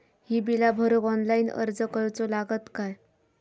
ही बीला भरूक ऑनलाइन अर्ज करूचो लागत काय?